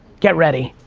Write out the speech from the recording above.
get ready,